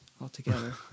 altogether